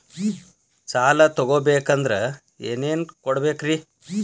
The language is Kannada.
ಸಾಲ ತೊಗೋಬೇಕಂದ್ರ ಏನೇನ್ ಕೊಡಬೇಕ್ರಿ?